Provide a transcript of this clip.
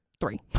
three